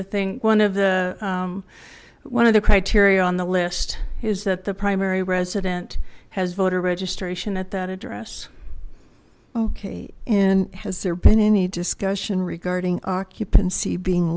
the thing one of the one of the criteria on the list is that the primary resident has voter registration at that address okay and has there been any discussion regarding occupancy being